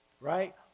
right